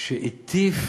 שהטיף